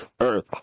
Earth